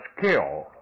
scale